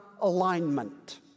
alignment